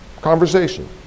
Conversation